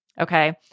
Okay